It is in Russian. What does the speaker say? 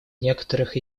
некоторых